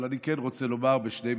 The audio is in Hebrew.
אבל אני כן רוצה לומר בשני משפטים.